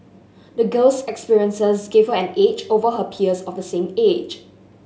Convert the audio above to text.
the girl's experiences gave her an edge over her peers of the same age